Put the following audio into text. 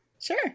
Sure